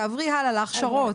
תעברי הלאה, להכשרות.